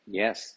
yes